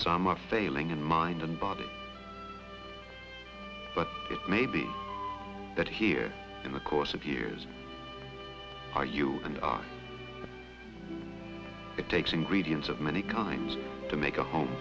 some are failing in mind and body but it may be that here in the course of years are you and it takes ingredients of many kinds to make a home